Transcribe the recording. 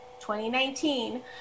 2019